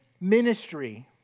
ministry